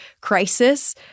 crisis